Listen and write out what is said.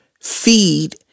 feed